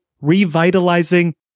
revitalizing